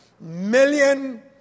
million